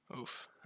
Oof